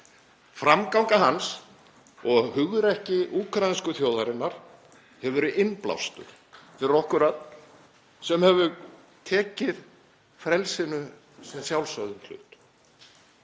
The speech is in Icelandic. Framganga hans og hugrekki úkraínsku þjóðarinnar hefur verið innblástur fyrir okkur öll sem höfum tekið frelsinu sem sjálfsögðum hlut.